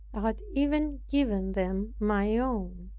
i had even given them my own.